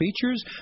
features